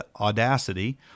Audacity